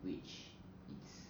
which is